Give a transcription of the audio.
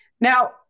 now